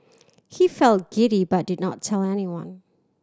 he felt giddy but did not tell anyone